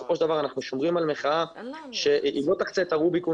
בסופו של דבר אנחנו שומרים על מחאה שהיא לא תחצה את הרוביקון